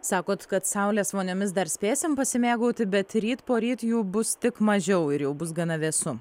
sakot kad saulės voniomis dar spėsim pasimėgauti bet ryt poryt jų bus tik mažiau ir jau bus gana vėsu